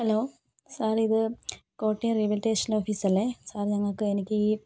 hello sir ഇത് Kottayam railway station office അല്ലേ sir ഞങ്ങൾക്ക് എനിക്ക് ഈ